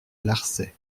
larçay